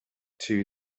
two